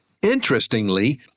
Interestingly